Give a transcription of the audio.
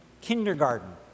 kindergarten